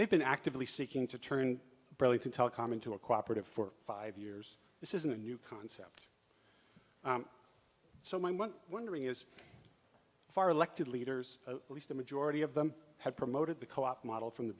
they've been actively seeking to turn burlington telecom into a cooperative for five years this isn't a new concept so much wondering is if our elected leaders at least the majority of them had promoted the co op model from the